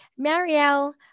Marielle